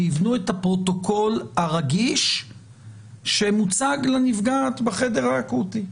וייבנו את הפרוטוקול הרגיש שמוצג לנפגעת בחדר האקוטי,